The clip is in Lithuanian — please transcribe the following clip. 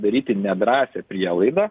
daryti nedrąsią prielaidą